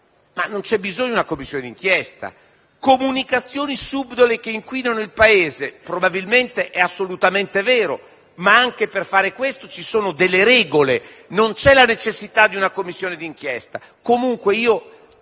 cui non c'è bisogno di una Commissione d'inchiesta. Ho anche sentito parlare di «comunicazioni subdole che inquinano il Paese»: probabilmente è assolutamente vero, ma anche per questo ci sono delle regole, non c'è la necessità di una Commissione d'inchiesta.